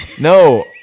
No